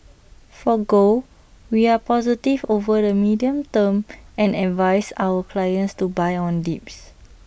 for gold we are positive over the medium term and advise our clients to buy on dips